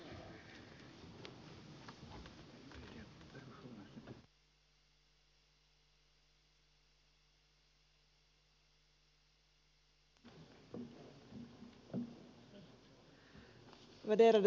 värderade talman